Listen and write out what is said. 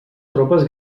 tropes